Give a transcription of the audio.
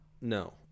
No